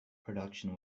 production